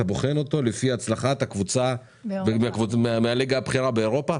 אתה בוחן אותו לפי הצלחת הקבוצה מהליגה הבכירה באירופה?